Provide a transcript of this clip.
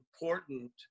important